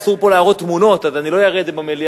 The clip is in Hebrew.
אסור פה להראות תמונות אז אני לא אראה את זה במליאה,